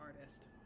artist